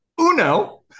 Uno